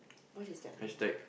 what does that mean